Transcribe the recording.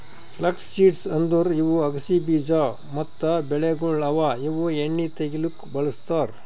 flux seeds ಅಂದುರ್ ಇವು ಅಗಸಿ ಬೀಜ ಮತ್ತ ಬೆಳೆಗೊಳ್ ಅವಾ ಇವು ಎಣ್ಣಿ ತೆಗಿಲುಕ್ ಬಳ್ಸತಾರ್